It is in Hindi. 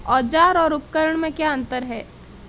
औज़ार और उपकरण में क्या अंतर है?